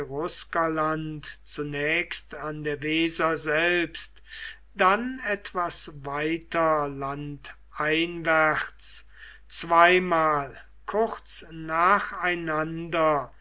zunächst an der weser selbst dann etwas weiter landeinwärts zweimal kurz nacheinander